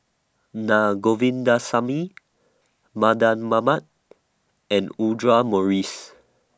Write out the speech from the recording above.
Naa Govindasamy Mardan Mamat and Audra Morrice